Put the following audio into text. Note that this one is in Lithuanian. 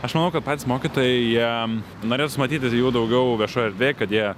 aš manau kad patys mokytojai jie norės matytis daugiau viešoj erdvėj kad jie